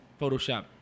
Photoshop